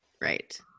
right